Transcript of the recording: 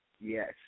Yes